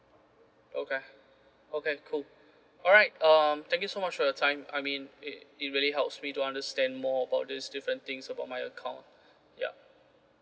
okay okay cool alright um thank you so much for your time I mean it it really helps me to understand more about this different things about my account yup